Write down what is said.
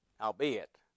albeit